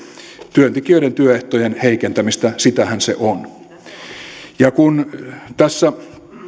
työntekijöiden työehtojen heikentämistä sitähän se on kun tässä